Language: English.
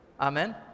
Amen